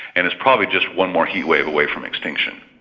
and it's probably just one more heatwave away from extinction.